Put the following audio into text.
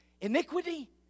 iniquity